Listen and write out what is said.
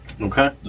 Okay